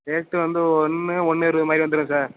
rate வந்து ஒன்று ஒன்று இருபது மாதிரி வந்துடும் சார்